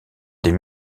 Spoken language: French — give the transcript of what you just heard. des